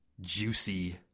juicy